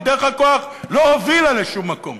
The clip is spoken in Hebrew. כי דרך הכוח לא הובילה לשום מקום.